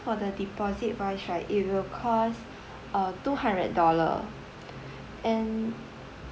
for the deposit wise right it will cost uh two hundred dollar and